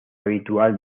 habitual